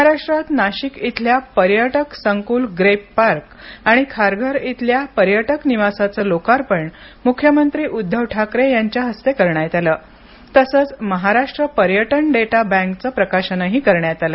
महाराष्ट्रात नाशिक इथल्या पर्यटक संकुल ग्रेप पार्क आणि खारघर इथल्या पर्टयक निवासाचं लोकर्पण मुख्यमंत्री उद्घव ठाकरे यांच्या हस्ते करण्यात आलं तसंच महाराष्ट्र पर्यटन डेटा बँकचं प्रकाशन करण्यात आलं